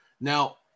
Now